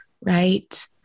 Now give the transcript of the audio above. Right